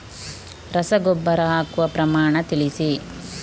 ರಸಗೊಬ್ಬರ ಹಾಕುವ ಪ್ರಮಾಣ ತಿಳಿಸಿ